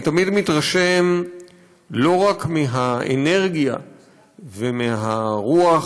אני תמיד מתרשם לא רק מהאנרגיה ומהרוח